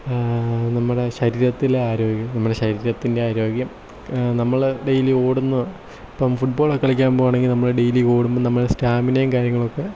നമ്മളുടെ ശരീരത്തിലെ ആരോഗ്യം നമ്മുടെ ശാരീരത്തിൻ്റെ ആരോഗ്യം നമ്മൾ ഡെയിലി ഓടുന്ന ഇപ്പം ഫുട് ബോൾ കളിക്കാൻ പോകുകയാണെങ്കിൽ നമ്മൾ ഡെയിലി ഓടുമ്പം നമ്മുടെ സ്റ്റാമിനയും കാര്യങ്ങളൊക്കെ